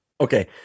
Okay